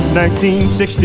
1960